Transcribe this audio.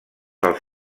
els